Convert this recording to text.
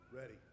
Ready